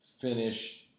finish